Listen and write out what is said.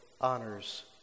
honors